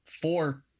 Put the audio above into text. four